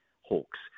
Hawks